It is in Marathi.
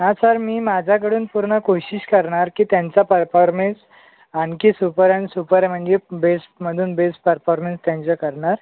हा सर मी माझ्याकडून पूर्ण कोशिश करणार की त्यांचा परफॉर्मन्स आणखी सुपर आणि सुपर म्हणजे बेस्टमधून बेस्ट परफॉर्मेंस त्यांचे करणार